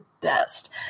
best